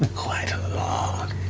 quite a lot.